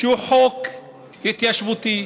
שהוא חוק התיישבותי,